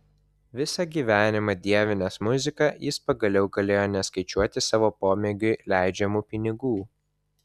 visą gyvenimą dievinęs muziką jis pagaliau galėjo neskaičiuoti savo pomėgiui leidžiamų pinigų